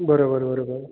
बरं बरं बरं बरं